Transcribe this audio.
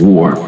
War